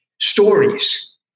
stories